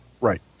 Right